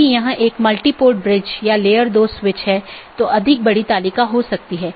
इसमें स्रोत या गंतव्य AS में ही रहते है